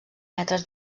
metres